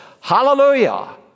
Hallelujah